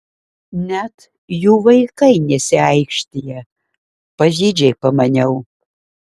net jų vaikai nesiaikštija pavydžiai pamaniau